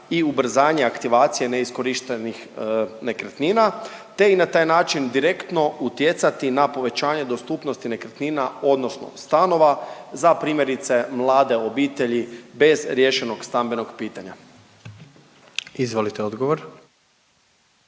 i ubrzanje aktivacije neiskorištenih nekretnina te i na taj način direktno utjecati na povećanje dostupnosti nekretnina odnosno stanova za primjerice mlade obitelji bez riješenog stambenog pitanja. **Jandroković,